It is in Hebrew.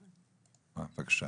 בבקשה.